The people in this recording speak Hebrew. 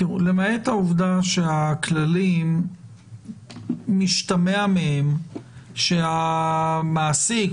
למעט העובדה שהכללים משתמע מהם שהמעסיק,